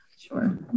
Sure